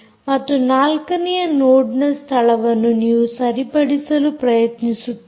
ಮತ್ತು ನಾಲ್ಕನೆಯ ನೋಡ್ ನ ಸ್ಥಳವನ್ನು ನೀವು ಸರಿಪಡಿಸಲು ಪ್ರಯತ್ನಿಸುತ್ತೀರಿ